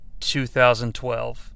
2012